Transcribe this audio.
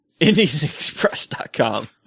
IndianExpress.com